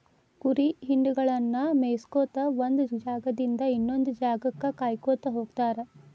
ಕುರಿ ಹಿಂಡಗಳನ್ನ ಮೇಯಿಸ್ಕೊತ ಒಂದ್ ಜಾಗದಿಂದ ಇನ್ನೊಂದ್ ಜಾಗಕ್ಕ ಕಾಯ್ಕೋತ ಹೋಗತಾರ